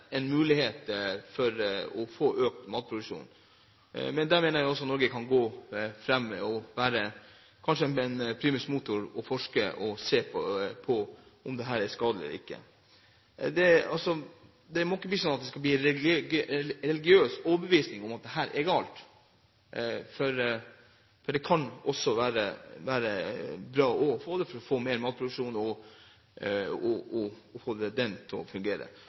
en mulighet for å få økt matproduksjon. Der mener jeg Norge kan gå foran og være en primus motor og forske og se på om dette er skadelig eller ikke. Det må ikke bli slik at det er en religiøs overbevisning om at dette er galt, for det kan også være bra for å få mer matproduksjon og få den til å fungere.